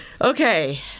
Okay